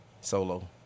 solo